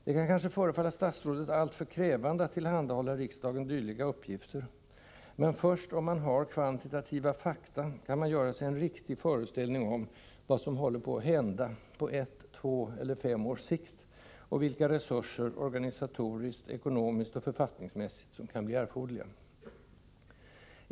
Det kan kanske förefalla statsrådet alltför krävande att tillhandahålla riksdagen dylika uppgifter, men först om man har kvantitativa fakta kan man göra sig en riktig föreställning om vad som håller på att hända på ett, två eller fem års sikt och vilka resurser, organisatoriskt, ekonomiskt och författningsmässigt, som kan bli erforderliga.